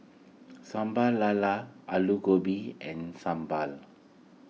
Sambal Lala Aloo Gobi and Sambal